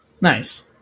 Nice